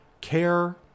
care